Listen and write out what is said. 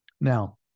Now